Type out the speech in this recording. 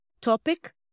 topic